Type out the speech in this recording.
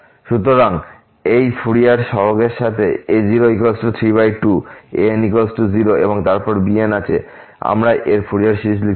সুতরাং এই ফুরিয়ার সহগের সাথে a032 an 0 এবং তারপরে আমাদের bn আছে আমরা এর ফুরিয়ার সিরিজ লিখতে পারি